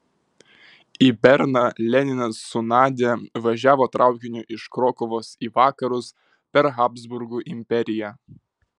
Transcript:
į berną leninas su nadia važiavo traukiniu iš krokuvos į vakarus per habsburgų imperiją